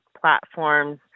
platforms